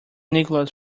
nicholas